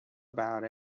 about